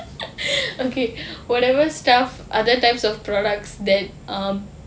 okay whatever stuff other types of products that um